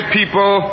people